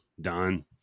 done